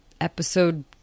episode